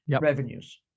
revenues